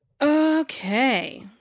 Okay